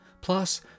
Plus